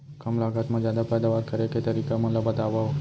कम लागत मा जादा पैदावार करे के तरीका मन ला बतावव?